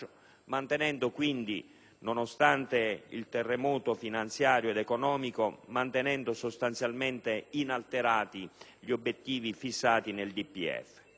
mantenendo quindi, nonostante il terremoto finanziario ed economico, sostanzialmente inalterati gli obiettivi fissati nel DPEF.